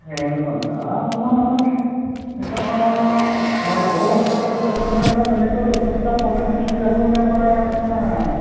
ᱦᱳᱭ ᱚᱱᱠᱟ ᱫᱚᱢᱟ ᱱᱚᱜᱼᱚᱸᱭ ᱱᱤᱛᱚᱝ ᱢᱟᱻ ᱢᱟᱲᱟᱝ ᱠᱚᱫᱚ ᱦᱟᱥᱟ ᱞᱮᱵᱮᱫ ᱠᱟᱛᱮᱫ ᱠᱚ ᱵᱮᱱᱟᱣᱮᱫ ᱛᱟᱦᱮᱸᱫ ᱫᱚ ᱱᱤᱛᱳᱜ ᱫᱚ ᱥᱚᱨᱠᱟᱨ ᱯᱟᱦᱴᱟ ᱠᱷᱚᱱ ᱥᱩᱵᱤᱫᱷᱟ ᱵᱚᱱ ᱧᱟᱢ ᱫᱟᱲᱮᱭᱟᱜᱼᱟ ᱛᱚ ᱚᱱᱟ